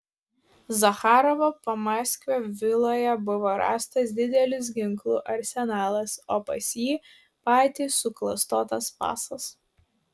zacharovo pamaskvio viloje buvo rastas didelis ginklų arsenalas o pas jį patį suklastotas pasas